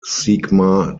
sigma